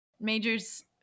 Major's